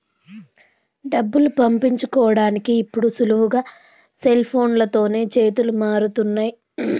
డబ్బులు పంపించుకోడానికి ఇప్పుడు సులువుగా సెల్ఫోన్లతోనే చేతులు మారుతున్నయ్